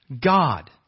God